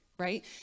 right